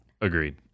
Agreed